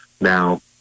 now